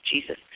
Jesus